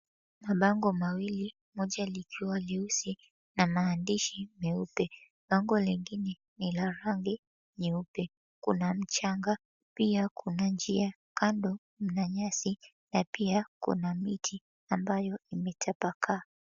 Mabango mawili, moja likiwa jeusi na maandishi meupe. Bango lingine nila rangi nyeupe. Kuna mchanga, pia kuna njia. Kando mna nyasi, na pia kuna miti ambayo imetapakaa.